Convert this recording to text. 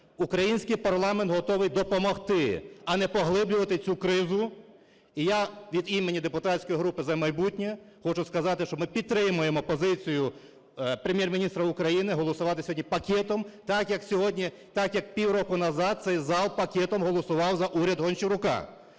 Український парламент готовий допомогти, а не поглиблювати цю кризу. І я від імені депутатської групи "За майбутнє" хочу сказати, що ми підтримуємо позицію Прем'єр-міністра України голосувати сьогодні пакетом, так, як півроку назад цей зал пакетом голосував за уряд Гончарука.